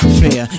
fair